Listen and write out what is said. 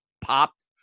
popped